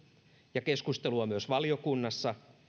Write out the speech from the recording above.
ja keskustelua myös valiokunnassa